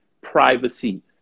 privacy